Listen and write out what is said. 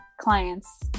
clients